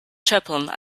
chaplain